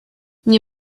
nie